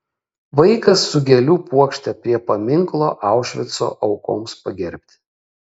vaikas su gėlių puokšte prie paminklo aušvico aukoms pagerbti